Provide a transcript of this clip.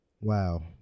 Wow